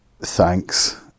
thanks